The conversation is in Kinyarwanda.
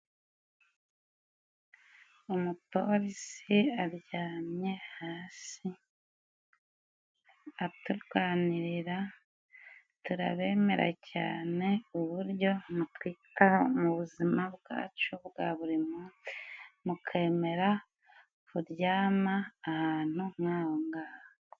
Umupolisi aryamye hasi aturwanirira. Turabemera cyane uburyo mutwitaho mu buzima bwacu bwa buri munsi, mukemera kuryama ahantu nk'aho ng'aho.